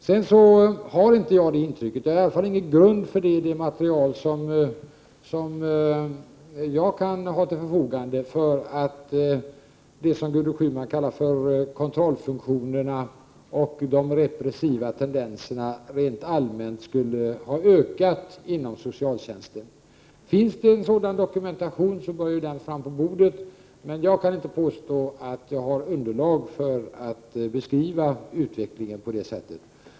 Jag har inte fått intrycket och i det material som jag har till mitt förfogande finns ingen grund för att det som Gudrun Schyman kallar för kontrollfunktionerna och de repressiva tendenserna rent allmänt skulle ha ökat inom socialtjänsten. Finns det en sådan dokumentation bör den fram på bordet, men jag kan inte påstå att jag har underlag för att beskriva utvecklingen på det sättet.